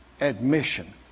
Admission